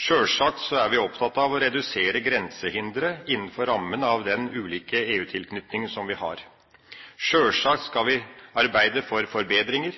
Sjølsagt er vi opptatt av å redusere grensehindre innenfor rammen av den ulike EU-tilknytning som vi har. Sjølsagt skal vi arbeide for forbedringer,